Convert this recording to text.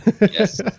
Yes